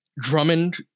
Drummond